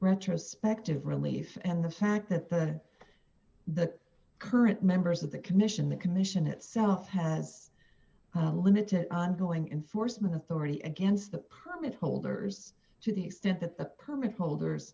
retrospective relief and the fact that the the current members of the commission the commission itself has a limited ongoing in forstmann authority against the permit holders to the extent that the permit holders